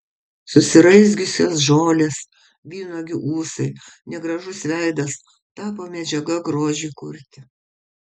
susiraizgiusios žolės vynuogių ūsai negražus veidas tapo medžiaga grožiui kurti